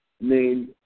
named